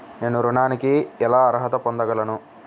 నేను ఋణానికి ఎలా అర్హత పొందగలను?